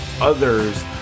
others